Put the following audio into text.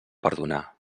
perdonar